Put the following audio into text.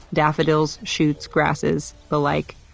daffodils, shoots, grasses, the like.